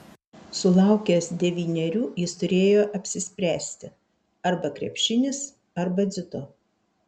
sulaukęs devynerių jis turėjo apsispręsti arba krepšinis arba dziudo